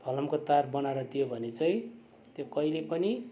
फलामको तार बनाएर दियो भने चाहिँ त्यो कहिले पनि